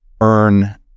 earn